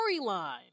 storyline